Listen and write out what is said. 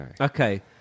Okay